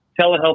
telehealth